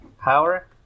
power